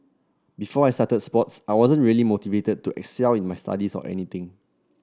before I started sports I wasn't really motivated to excel in my studies or anything